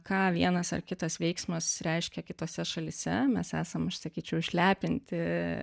ką vienas ar kitas veiksmas reiškia kitose šalyse mes esam aš sakyčiau išlepinti